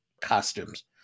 costumes